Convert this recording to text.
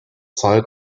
zeit